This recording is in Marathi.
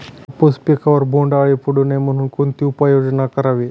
कापूस पिकावर बोंडअळी पडू नये म्हणून कोणती उपाययोजना करावी?